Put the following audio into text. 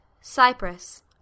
Cyprus